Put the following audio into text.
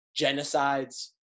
genocides